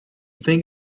thing